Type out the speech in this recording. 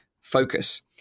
Focus